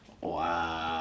Wow